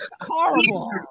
horrible